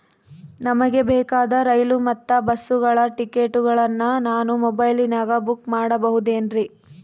ನಮಗೆ ಬೇಕಾದ ರೈಲು ಮತ್ತ ಬಸ್ಸುಗಳ ಟಿಕೆಟುಗಳನ್ನ ನಾನು ಮೊಬೈಲಿನಾಗ ಬುಕ್ ಮಾಡಬಹುದೇನ್ರಿ?